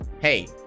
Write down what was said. Hey